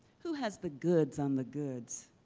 who has the goods on the goods?